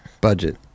Budget